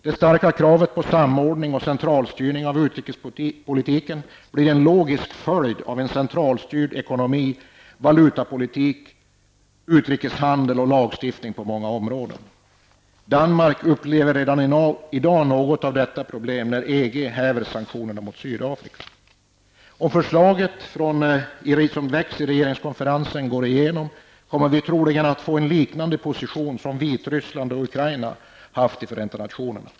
Det starka kravet på samordning och centralstyrning av utrikespolitiken blir en logisk följd av en centralstyrd ekonomi, valutapolitik, utrikeshandel och lagstiftning på många områden. Danmark upplever redan i dag i någon mån detta problem i och med att EG häver sanktionerna mot Sydafrika. Om förslaget i regeringskonferensen går igenom, får vi troligen en position liknande den som Vitryssland och Ukraina har haft i FN.